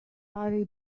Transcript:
barry